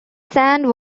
sand